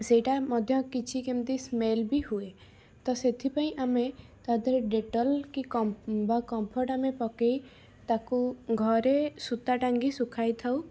ସେଇଟା ମଧ୍ୟ କିଛି କେମିତି ସ୍ମେଲ ବି ହୁଏ ତ ସେଥିପାଇଁ ଆମେ ତା ଦେହରେ ଡେଟଲ କି କମ୍ ବା କମଫର୍ଟ ଆମେ ପକାଇ ତାକୁ ଘରେ ସୂତା ଟାଙ୍ଗି ଶୁଖାଇ ଥାଉ